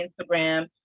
Instagram